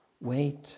wait